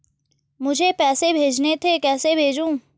मुझे पैसे भेजने थे कैसे भेजूँ?